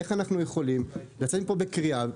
איך אנחנו יכולים לצאת מפה בקריאה,